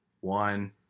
One